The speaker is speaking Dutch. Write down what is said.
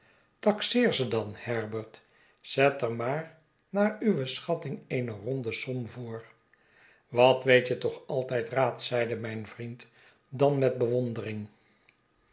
taxeer ze dan herbert zet er maar naar uwe schatting eene ronde som voor wat weet je toch altijd raad zeide mijn vriend dan met bewondering